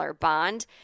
bond